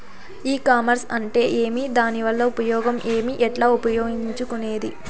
ఈ కామర్స్ అంటే ఏమి దానివల్ల ఉపయోగం ఏమి, ఎట్లా ఉపయోగించుకునేది?